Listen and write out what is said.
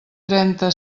trenta